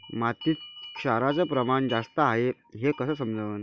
मातीत क्षाराचं प्रमान जास्त हाये हे कस समजन?